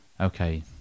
okay